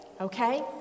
Okay